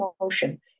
emotion